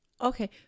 Okay